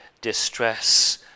distress